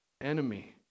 enemy